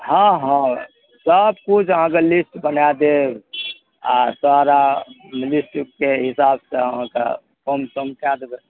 हँ हँ सबकिछु अहाँकेँ लिस्ट बनै देब आओर सारा लिस्टके हिसाबसे अहाँकेँ कमसम कै देबै